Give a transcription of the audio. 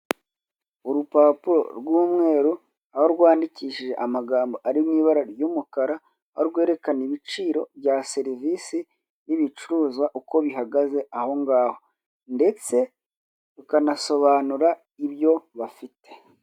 Urupapuro rw'umweru aho rwandikishije amagambo ari mu ibara ry'umukara aho rwerekana ibiciro bya serivise y'ibicuruzwa uko bihagaze ahongaho ndetse rukanasobanura ibyo bafite.